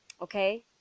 okay